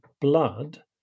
blood